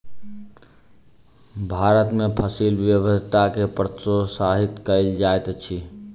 भारत में फसिल विविधता के प्रोत्साहित कयल जाइत अछि